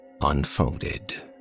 unfolded